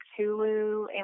Hulu